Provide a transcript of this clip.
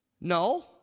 No